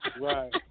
Right